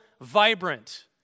vibrant